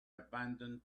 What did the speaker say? abandoned